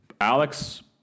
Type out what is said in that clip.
Alex